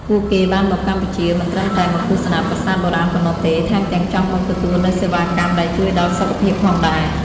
ពួកគេបានមកកម្ពុជាមិនត្រឹមតែមកទស្សនាប្រាសាទបុរាណប៉ុណ្ណោះទេ ថែមទាំងចង់មកទទួលនូវសេវាកម្មដែលជួយដល់សុខភាពផងដែរ។